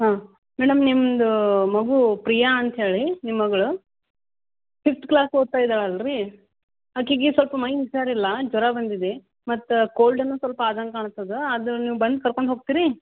ಹಾಂ ಮೇಡಮ್ ನಿಮ್ಮದು ಮಗು ಪ್ರಿಯಾ ಅಂತಹೇಳಿ ನಿಮ್ಮ ಮಗಳು ಫಿಫ್ತ್ ಕ್ಲಾಸ್ ಓದ್ತಾ ಇದಾಳೆ ಅಲ್ಲ ರೀ ಆಕೆಗೆ ಸ್ವಲ್ಪ್ ಮೈ ಹುಷಾರಿಲ್ಲ ಜ್ವರ ಬಂದಿದೆ ಮತ್ತು ಕೋಲ್ಡೂ ಸ್ವಲ್ಪ ಆದಂಗೆ ಕಾಣ್ತದೆ ಅದು ನೀವು ಬಂದು ಕರ್ಕೊಂಡು ಹೋಗ್ತಿರಾ